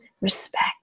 respect